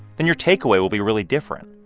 then your takeaway will be really different,